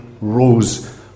rose